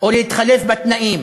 או להתחלף בתנאים.